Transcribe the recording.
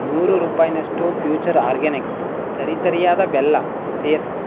ನೂರು ರೂಪಾಯಿನಷ್ಟು Future Organics ತರಿತರಿಯಾದ ಬೆಲ್ಲ ಸೇರಿಸು